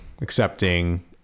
accepting